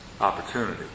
opportunity